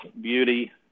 beauty